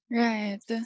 right